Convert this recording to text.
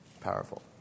powerful